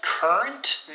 Current